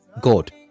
God